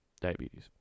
diabetes